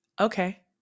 okay